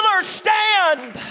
stand